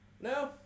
No